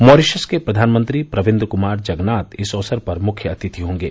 Mauritius के प्रधानमंत्री प्रविन्द क्मार जगनॉत इस अक्सर पर मुख्य अतिथि होंगे